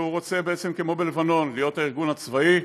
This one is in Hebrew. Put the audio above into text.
והוא רוצה בעצם, כמו בלבנון, להיות הארגון הצבאי,